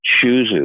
chooses